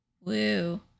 woo